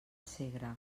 segre